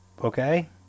okay